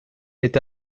est